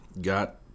got